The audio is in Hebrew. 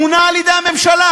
מונה על-ידי הממשלה.